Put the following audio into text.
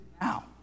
now